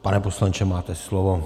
Pane poslanče, máte slovo.